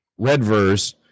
Redverse